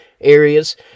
areas